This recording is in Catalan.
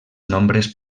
nombres